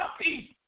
peace